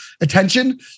attention